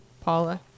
paula